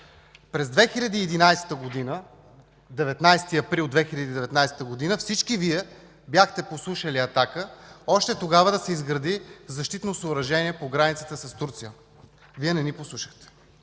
се случи, ако на 19 април 2011 г. всички Вие бяхте послушали „Атака” – още тогава да се изгради защитно съоръжение по границата с Турция. Вие не ни послушахте!